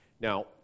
Now